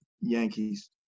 Yankees